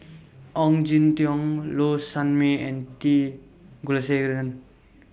Ong Jin Teong Low Sanmay and T Kulasekaram